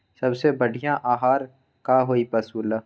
सबसे बढ़िया आहार का होई पशु ला?